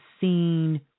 seen